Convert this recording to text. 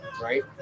right